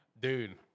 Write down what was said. dude